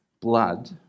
blood